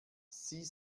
sie